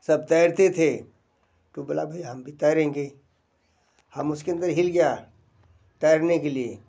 सब तैरते थे तो बोला भाई हम भी तैरेंगे हम उसके अंदर हिल गया तैरने के लिए